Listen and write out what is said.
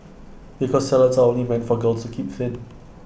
because salads are only meant for girls to keep thin